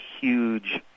huge